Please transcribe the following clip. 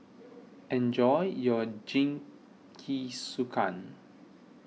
enjoy your Jingisukan